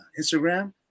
Instagram